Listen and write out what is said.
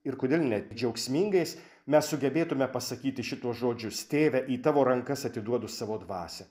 ir kodėl net džiaugsmingais mes sugebėtume pasakyti šituos žodžius tėve į tavo rankas atiduodu savo dvasią